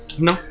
No